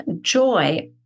joy